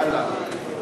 התשע"ג 2013, לדיון